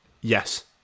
Yes